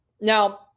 Now